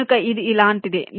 కనుక ఇది ఇలాంటిదే